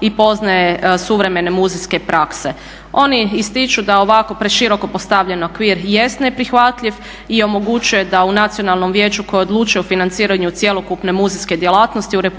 i poznaje suvremene muzejske prakse. Oni ističu da ovako preširoko postavljen okvir jest neprihvatljiv i omogućuje da u nacionalnom vijeću koje odlučuje o financiranju cjelokupne muzejske djelatnosti u RH